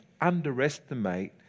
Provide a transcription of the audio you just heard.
underestimate